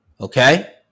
okay